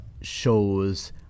shows